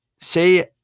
say